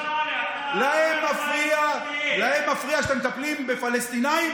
להם מפריע שאתם מטפלים בפלסטינים